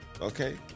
okay